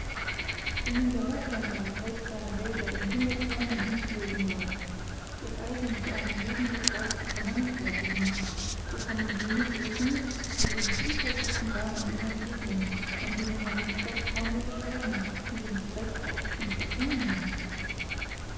wie nun der hochländer das holz seiner wälder in hundert formen umzubilden weiß das eisen zu einem jeden gebrauch zu vermannigfaltigen so kommen jene drüben mit den vielfältigsten waren ihm entgegen an denen man den stoff kaum unterscheiden und den zweck oft nicht erkennen mag